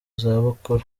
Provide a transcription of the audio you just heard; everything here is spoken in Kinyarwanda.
zabukuru